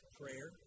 prayer